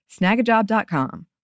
Snagajob.com